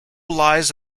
lies